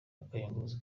akayunguruzo